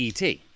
et